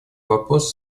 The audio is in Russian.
вопрос